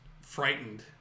frightened